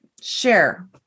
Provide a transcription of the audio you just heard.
share